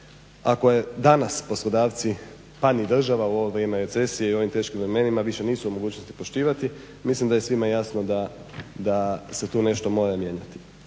A koje danas poslodavci, pa ni država u ovo vrijeme recesije i u ovom teškim vremenima više nisu u mogućnosti poštivati. Mislim da je svima jasno da se tu nešto mora mijenjati.